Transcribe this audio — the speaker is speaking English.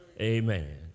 Amen